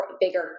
bigger